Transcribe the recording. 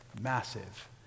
massive